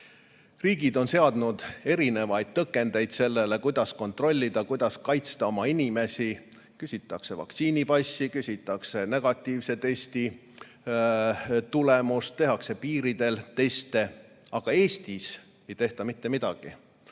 Riigid on seadnud erinevaid tõkendeid, kuidas kontrollida, kuidas kaitsta oma inimesi: küsitakse vaktsiinipassi, küsitakse negatiivset testitulemust, tehakse piiridel teste. Aga Eestis ei tehta mitte midagi.